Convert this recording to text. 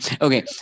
Okay